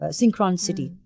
synchronicity